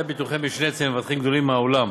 ביטוחי משנה אצל מבטחים גדולים מהעולם,